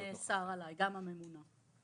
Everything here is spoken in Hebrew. נאסר עליי גם הממונה.